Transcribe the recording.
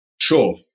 Sure